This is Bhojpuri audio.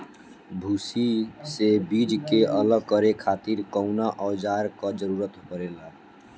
भूसी से बीज के अलग करे खातिर कउना औजार क जरूरत पड़ेला?